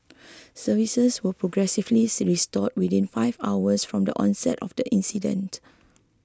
services were progressively restored within five hours from the onset of the incident